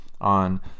on